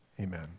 Amen